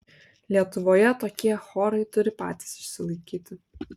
lietuvoje tokie chorai turi patys išsilaikyti